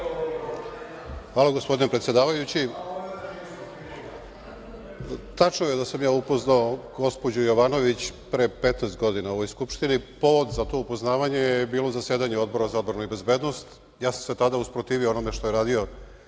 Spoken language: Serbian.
Hvala, gospodine predsedavajući. Tačno je da sam upoznao gospođu Jovanović pre 15 godina u ovoj Skupštini. Povod za to upoznavanje je bilo zasedanje Odbora za odbranu i bezbednost. Ja sam se tada usprotivio onome što je radio